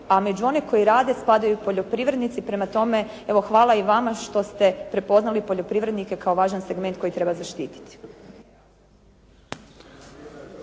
a među one koji rade spadaju poljoprivrednici. Prema tome, evo hvala i vama što ste prepoznali poljoprivrednike kao važan segment koji treba zaštiti.